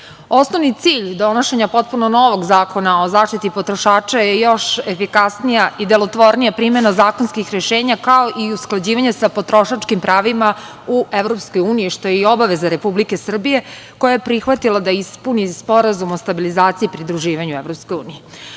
osnovni cilj donošenja potpuno novog zakona o zaštiti potrošača je još efikasnija i delotvornija primena zakonskih rešenja, kao i usklađivanja sa potrošačkim pravima u EU, što je i obaveza Republike Srbije koje je prihvatila da ispuni SPP EU. U novi zakon implementirano je